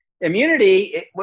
Immunity